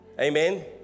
Amen